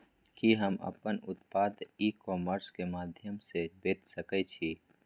कि हम अपन उत्पाद ई कॉमर्स के माध्यम से बेच सकै छी?